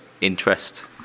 interest